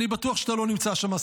אני בטוח שאתה לא נמצא שם,